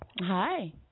Hi